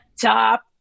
top